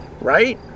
Right